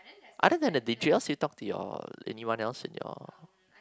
other than the details you talk to your anyone else in your